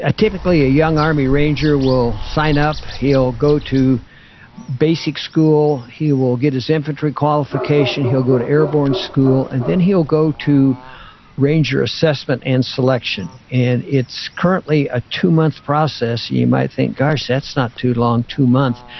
ah typically, a young army ranger will sign up, he'll go to basic school, he will get his infantry qualification, he'll go to airborne school and then he'll go to ranger assessment and selection. and it's currently a two month process. you might think, gosh, that's not too long, two month.